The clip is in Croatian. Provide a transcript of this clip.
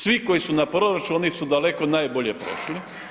Svi koji su na proračunu oni su daleko najbolje prošli.